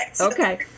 Okay